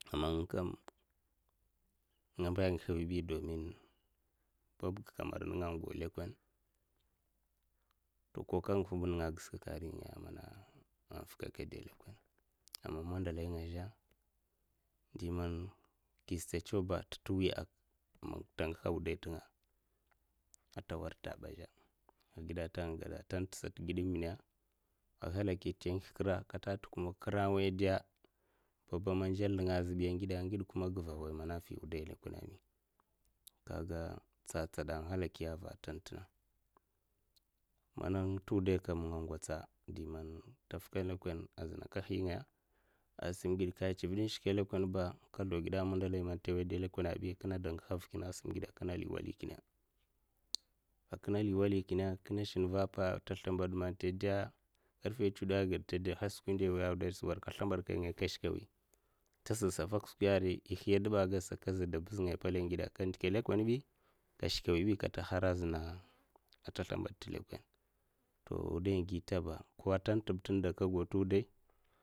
Aman nga kam nga mba n'gih mwi domin babb'ga kamar n'gau lèkonè ko nguh ba nenga giska ka a nri'na nenga am fuka aka de lèkonè, aman mandalai nga zhe dyi man de stad chew ba nta ntewiya ta nguha wudai ntenga ata warda nta bi zhe a, agide nta nga gada nte nta sata aghalaki nta nguh kra, katan nta kuma kra nwoy dei bab man nzal nenga azbay angde kuma guva mana an nwoya mana nfyi wudai an lekone bi kaga tsad'tsad aghalaki'n'ava ntenta na, man nga ntu wudai kam nga ngwotsa de man nta nfuka lekone kam azuna nka nhiyi ngaya asum ngide ka ncived shke lekone ba nka nzlew geda mandalai man nta nwoya dei lekone bi ba akine nda nguha vhu kinne akinna nley nwali kinna, akinna nley nwali nkine kinna shun mva apa nte slombad man nte de karfe chud ged nte dwo nhash n'skwi ndiya nwiya nwudai'sata ka nslombad kai ngaya nka shkw nwiya taza sa vak skwiya nri nka nhiya nduba gadsa kaza dwo bizngaya palay ngide ka ndeka lekone bi nka nshke nwiya bi kata hara zuna nta slumbwod nta lekone' to wudai'n gui nta ba, ko anta tè ba tunda ka gau tè wuday.